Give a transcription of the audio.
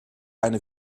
eine